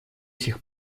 сих